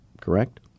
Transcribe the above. correct